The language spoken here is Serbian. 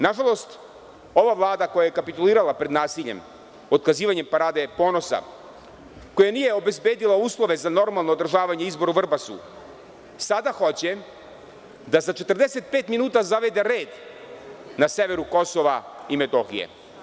Nažalost ova Vlada koja je kapitulirala pred nasiljem otkazivanjem Parade ponosa, koja nije obezbedila uslove za normalno održavanje izbora u Vrbasu, sada hoće da za 45 minuta zavede red na severu KiM.